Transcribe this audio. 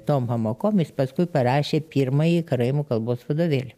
tom pamokom jis paskui parašė pirmąjį karaimų kalbos vadovėlį